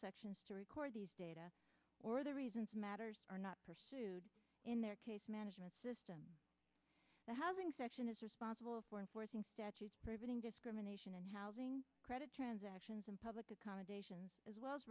sections to record these data or the reasons matters are not pursued in their case management system the housing section is responsible for enforcing statutes preventing discrimination in housing credit transactions and public accommodations as well as